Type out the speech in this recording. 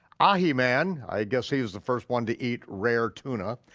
ah ahiman, i guess he's the first one to eat rare tuna,